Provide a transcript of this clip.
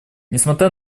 несмотря